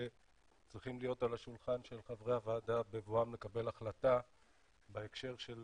שצריכים להיות על השולחן של חברי הוועדה בבואם לקבל החלטה בהקשר של